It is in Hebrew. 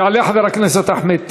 יעלה חבר הכנסת אחמד טיבי,